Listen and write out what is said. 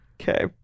Okay